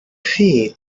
feel